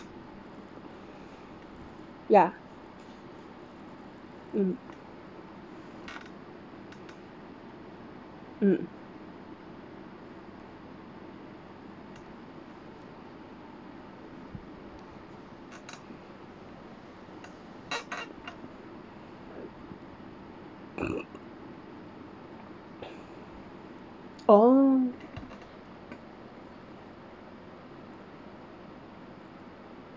ya mm mm oh